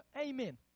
Amen